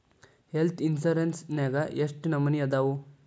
Health insurance ನ್ಯಾಗ್ ಯೆಷ್ಟ್ ನಮನಿ ಅದಾವು?